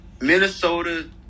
Minnesota